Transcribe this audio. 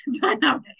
dynamic